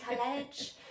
college